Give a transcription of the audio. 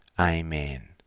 Amen